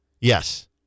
Yes